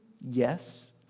Yes